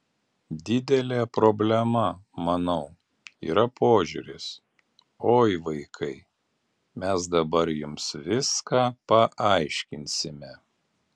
didelė problema manau yra požiūris oi vaikai mes dabar jums viską paaiškinsime